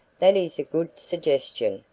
that is a good suggestion,